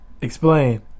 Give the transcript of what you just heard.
Explain